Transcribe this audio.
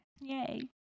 Yay